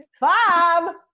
Bob